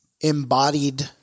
embodied